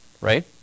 right